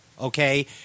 okay